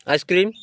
icecream